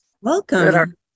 Welcome